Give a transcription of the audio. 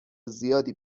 زیادی